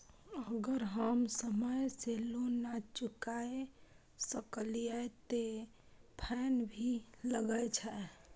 अगर हम समय से लोन ना चुकाए सकलिए ते फैन भी लगे छै?